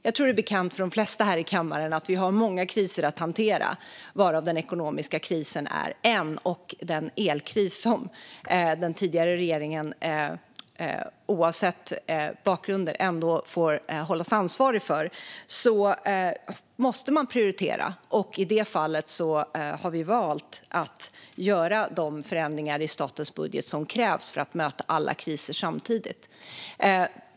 Jag tror det är bekant för de flesta här i kammaren att vi har många kriser att hantera, däribland den ekonomiska krisen och den elkris som den tidigare regeringen, oavsett bakgrund, ändå får hållas ansvarig för. Då måste man prioritera, och i det fallet har vi valt att göra de förändringar i statens budget som krävs för att möta alla kriser samtidigt.